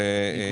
אני